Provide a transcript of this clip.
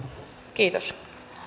kiitos